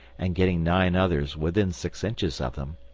and getting nine others within six inches of them,